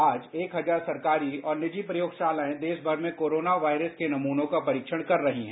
आज एक हजार सरकारी और निर्जो प्रयोगशालाएं देशमर में कोरोना वायरस के नमूनों का परीक्षण कर रही हैं